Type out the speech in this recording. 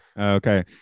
Okay